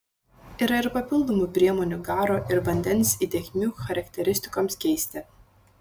yra ir papildomų priemonių garo ir vandens įtekmių charakteristikoms keisti